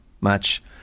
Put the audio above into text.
match